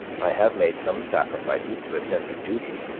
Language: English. i have made some sacrifices to a sense of duty,